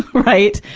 right?